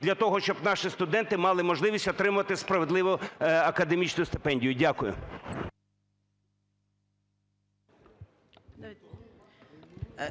для того щоб наші студенти мали можливість отримувати справедливу академічну стипендію. Дякую.